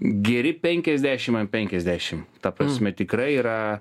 geri penkiasdešim ant penkiasdešim ta prasme tikrai yra